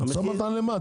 משא ומתן למה?